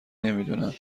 نمیدونم